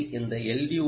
எனவே இந்த எல்